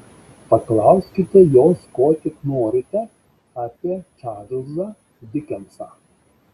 paklauskite jos ko tik norite apie čarlzą dikensą